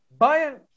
Bayern